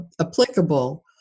applicable